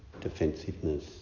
defensiveness